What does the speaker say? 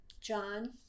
john